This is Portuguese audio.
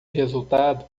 resultado